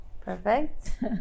Perfect